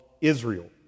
Israel